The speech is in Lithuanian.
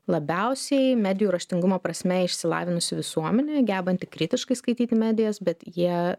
labiausiai medijų raštingumo prasme išsilavinusi visuomenė gebanti kritiškai skaityti medijas bet jie